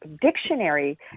Dictionary